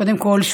קודם כול,